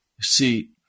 see